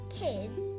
kids